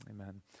Amen